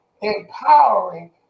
Empowering